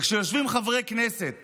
וכשיושבים חברי כנסת